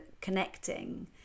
connecting